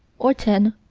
or ten,